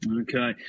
Okay